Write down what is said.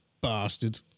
bastard